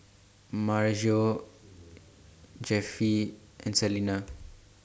Maryjo Jeffie and Salina